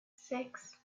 six